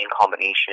combination